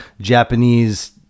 japanese